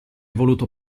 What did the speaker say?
voluto